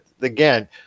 again